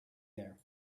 there